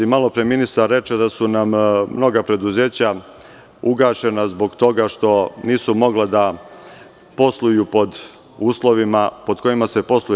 Malo pre ministar reče da su nam mnoga preduzeća ugašena zbog toga što nisu mogla da posluju pod uslovima pod kojima se posluje.